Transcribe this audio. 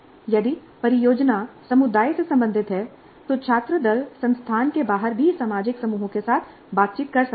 यदि परियोजना समुदाय से संबंधित है तो छात्र दल संस्थान के बाहर भी सामाजिक समूहों के साथ बातचीत कर सकते हैं